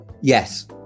Yes